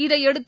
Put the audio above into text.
இதையடுத்து